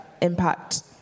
impact